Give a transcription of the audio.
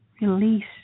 release